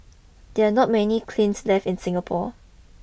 there are not many kilns left in Singapore